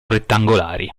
rettangolari